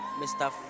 mr